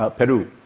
ah peru.